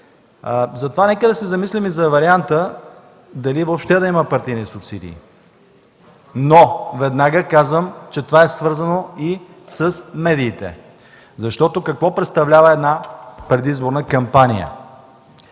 Затова нека се замислим върху варианта дали въобще да има партийни субсидии. Веднага обаче казвам, че това е свързано и с медиите, защото какво представлява една предизборна кампания?